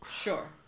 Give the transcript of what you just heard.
sure